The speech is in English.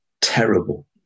Terrible